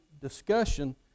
discussion